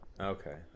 Okay